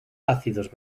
ácidos